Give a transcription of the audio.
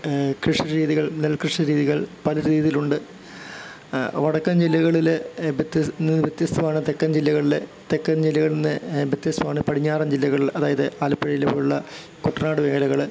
കൃഷിരീതികൾ നെൽകൃഷി രീതികൾ പല രീതിയിലുണ്ട് വടക്കൻ ജില്ലകളിലെ ബെത്യസ് വ്യത്യസ്തമാണ് തെക്കൻ ജില്ലകളിലെ തെക്കൻ ജില്ലകളില്നിന്ന് ബെത്യാസമാണ് പടിഞ്ഞാറൻ ജില്ലകളില് അതായത് ആലപ്പുഴയില് പോലുള്ള കുട്ടനാട് മേഖലകള്